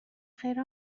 خیر